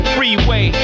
Freeway